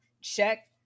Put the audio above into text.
check